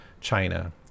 China